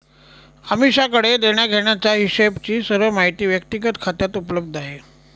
अमीषाकडे देण्याघेण्याचा हिशोबची सर्व माहिती व्यक्तिगत खात्यात उपलब्ध आहे